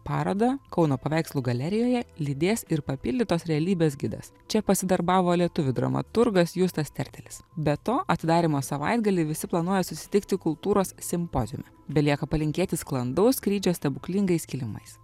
parodą kauno paveikslų galerijoje lydės ir papildytos realybės gidas čia pasidarbavo lietuvių dramaturgas justas tertelis be to atidarymo savaitgalį visi planuoja susitikti kultūros simpoziume belieka palinkėti sklandaus skrydžio stebuklingais kilimais